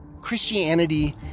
Christianity